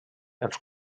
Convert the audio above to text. els